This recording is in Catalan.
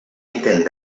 intent